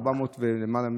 400 שקל ומעלה,